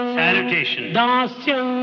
salutation